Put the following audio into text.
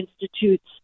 Institutes